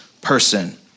person